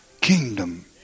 kingdom